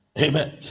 amen